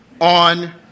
on